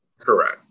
Correct